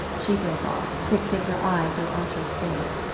she broke off, fixing her eyes on archer's face.